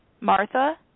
Martha